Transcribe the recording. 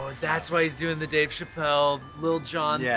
ah that's why he's doing the dave chappelle little john yeah